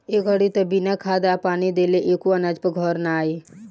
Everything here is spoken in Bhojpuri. ए घड़ी त बिना खाद आ पानी देले एको अनाज घर में ना आई